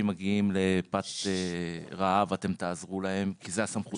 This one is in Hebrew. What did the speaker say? מגיעים לפת לחם אתם תעזרו להם כי זו הסמכות